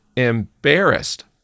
embarrassed